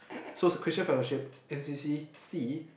so christian fellowship N_C_C C